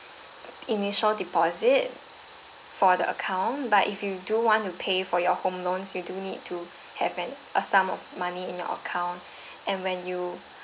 initial deposit for the account but if you do want to pay for your home loans you do need to have an a sum of money in your account and when you